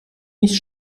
nicht